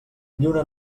lluna